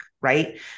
right